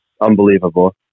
unbelievable